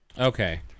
Okay